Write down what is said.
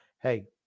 Hey